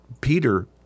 Peter